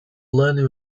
learning